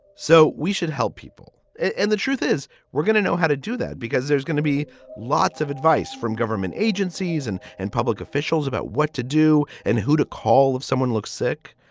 so we should help people. and the truth is we're gonna know how to do that because there's gonna be lots of advice from government agencies and and public officials about what to do and who to call if someone looks sick.